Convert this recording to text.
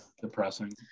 Depressing